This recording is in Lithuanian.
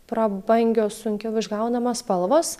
prabangios sunkiau išgaunamos spalvos